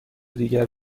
دیگر